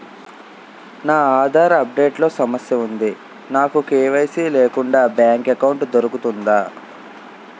నా Aadhaar update లో సమస్య వుంది నాకు కే.వై.సీ లేకుండా బ్యాంక్ ఎకౌంట్దొ రుకుతుందా?